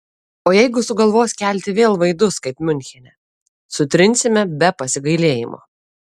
o jeigu sugalvos kelti vėl vaidus kaip miunchene sutrinsime be pasigailėjimo